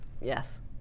Yes